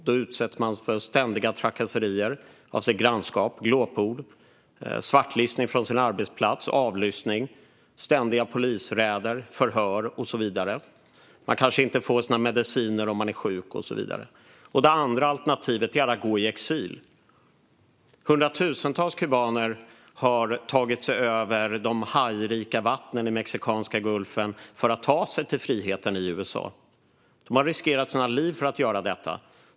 Då utsätter man sig för ständiga trakasserier av sitt grannskap, glåpord, svartlistning från sin arbetsplats, avlyssning, ständiga polisräder, förhör och så vidare. Man kanske inte får sina mediciner om man är sjuk, och så vidare. Det andra alternativet är att gå i exil. Hundratusentals kubaner har tagit sig över de hajrika vattnen i Mexikanska golfen för att ta sig till friheten i USA. De har riskerat sina liv för att göra detta.